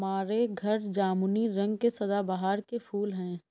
हमारे घर जामुनी रंग के सदाबहार के फूल हैं